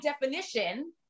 definition